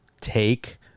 take